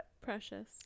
Precious